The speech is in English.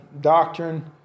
doctrine